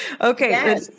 okay